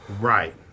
Right